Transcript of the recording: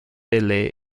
lay